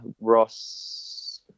ross